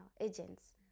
agents